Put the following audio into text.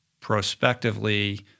prospectively